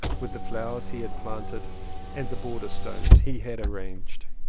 with the flowers he had planted and the border stones he had arranged.